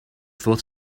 thought